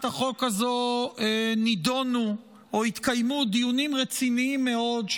החוק הזו נדונו או התקיימו דיונים רציניים מאוד,